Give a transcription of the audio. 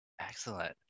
Excellent